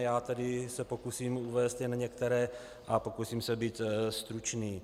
Já se pokusím uvést jen některé a pokusím se být stručný.